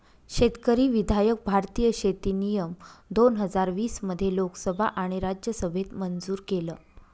शेतकरी विधायक भारतीय शेती नियम दोन हजार वीस मध्ये लोकसभा आणि राज्यसभेत मंजूर केलं